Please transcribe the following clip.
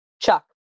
Chuck